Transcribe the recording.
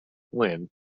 win